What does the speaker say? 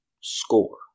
score